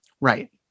Right